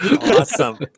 Awesome